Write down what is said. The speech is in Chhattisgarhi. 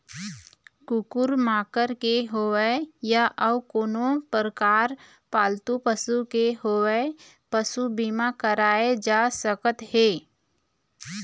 कुकुर माकर के होवय या अउ कोनो परकार पालतू पशु के होवय पसू बीमा कराए जा सकत हे